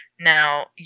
Now